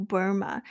Burma